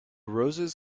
roses